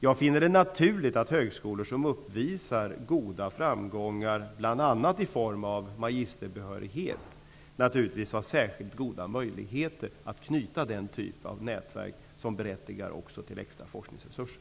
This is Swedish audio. Jag finner det naturligt att högskolor som uppvisar stora framgångar, bl.a. i form av magisterbehörighet, har särskilt goda möjligheter att ingå i den typ av nätverk som även berättigar till extra forskningsresurser.